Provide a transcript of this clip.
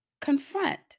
confront